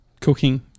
Cooking